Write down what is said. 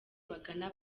bagana